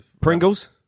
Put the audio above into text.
Pringles